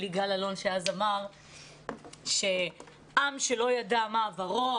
יגאל אלון שאז אמר שעם שלא ידע מה עברו,